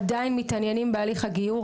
עדיין מתעניינים בהליך הגיור,